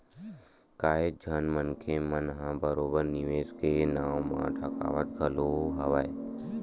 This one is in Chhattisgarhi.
काहेच झन मनखे मन ह बरोबर निवेस के नाव म ठगावत घलो हवय